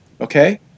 okay